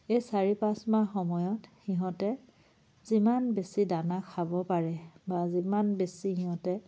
এই চাৰি পাঁচ মাহ সময়ত সিহঁতে যিমান বেছি দানা খাব পাৰে বা যিমান বেছি সিহঁতে